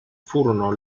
furono